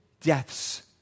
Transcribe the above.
deaths